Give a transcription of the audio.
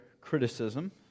criticism